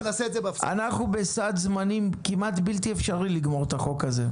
אנחנו בסד זמנים כמעט בלתי אפשרי לגמור את החוק הזה.